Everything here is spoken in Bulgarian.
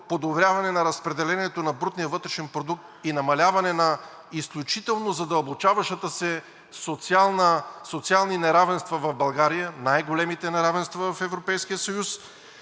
подобряване на разпределението на брутния вътрешен продукт и намаляване на изключително задълбочаващите се социални неравенства в България, най-големите неравенства в Европейския съюз,